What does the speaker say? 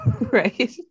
Right